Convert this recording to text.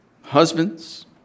Husbands